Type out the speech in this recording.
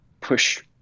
push